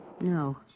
No